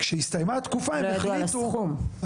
אבל